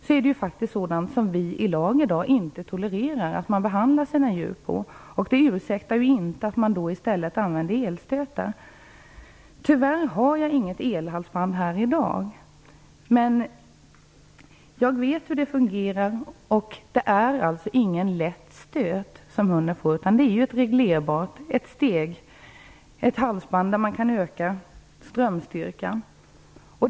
Men det är faktiskt en behandling av djur som vi i dag genom lag inte tolererar. Det ursäktar ju inte att man i stället använder elstötar. Tyvärr har jag inget elhalsband med mig här i dag. Men jag vet hur det fungerar. Det är alltså ingen lätt stöt som hunden får, utan det är ett halsband där man kan öka strömstyrkan.